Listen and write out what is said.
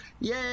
Yay